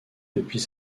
depuis